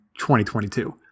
2022